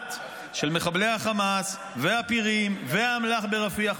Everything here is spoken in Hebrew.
המוחלט של מחבלי החמאס והפירים והאמל"ח ברפיח,